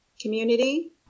community